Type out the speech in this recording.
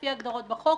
לפי הגדרות בחוק,